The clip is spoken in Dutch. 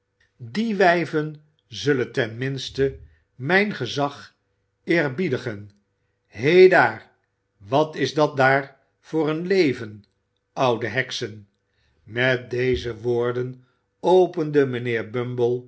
die wijven zullen ten minste mijn gezag eerbiedigen he daar wat is dat daar voor een leven oude heksen met deze woorden opende mijnheer